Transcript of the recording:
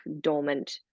dormant